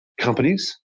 companies